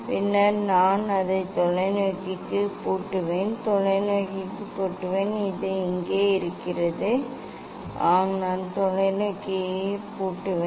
பின்னர் நான் தொலைநோக்கிக்கு பூட்டுவேன் தொலைநோக்கிக்கு பூட்டுவேன் இது எங்கு இருக்கிறது ஆம் நான் தொலைநோக்கி பூட்டுவேன்